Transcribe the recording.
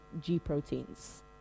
G-proteins